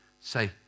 say